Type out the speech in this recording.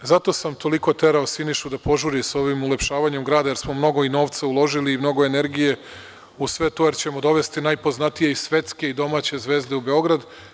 Zato sam toliko terao Sinišu da požuri sa ovim ulepšavanjem grada jer smo mnogo novca uložili i mnogo energije u sve to jer ćemo dovesti najpoznatije i svetske i domaće zvezde u Beograd.